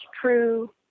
True